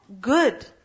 good